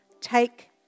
Take